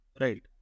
Right